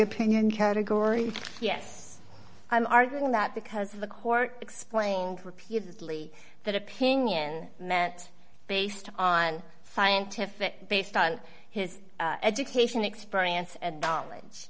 opinion category yes i am arguing that because of the court explained repeatedly that opinion meant based on scientific based on his education experience and knowledge